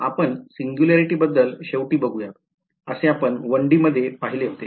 आपण सिंग्युलॅरिटी बद्दल शेवटी बघुयात असे आपण 1D मध्ये पहिले होते